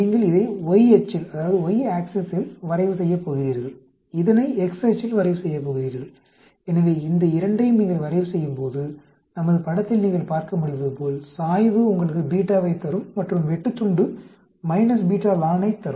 நீங்கள் இதை y அச்சில் வரைவு செய்யப்போகிறீர்கள் இதை x அச்சில் வரைவு செய்யப் போகிறீர்கள் எனவே இந்த 2 யையும் ஐ நீங்கள் வரைவு செய்யும் போது நமது படத்தில் நீங்கள் பார்க்கமுடிவதுபோல் சாய்வு உங்களுக்கு β வைத் தரும் மற்றும் வெட்டுத்துண்டு β ln ஐத் தரும்